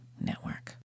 Network